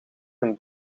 een